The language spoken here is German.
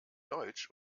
deutsch